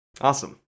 awesome